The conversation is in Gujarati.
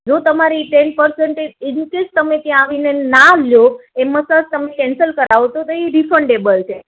જો તમારે એ ટેન પર્સેંટેજ ઇન્ કેસ તમે ત્યાં આવીને ના લો એ મસાજ તમે કેન્સલ કરાવો તો એ રિફંડએબલ છે